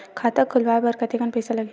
खाता खुलवाय बर कतेकन पईसा लगही?